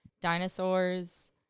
dinosaurs